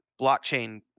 blockchain